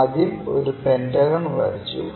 ആദ്യം ഒരു പെന്റഗൺ വരച്ചു